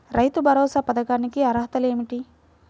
రైతు భరోసా పథకానికి అర్హతలు ఏమిటీ?